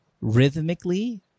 Rhythmically